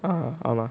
ஆமா:aamaa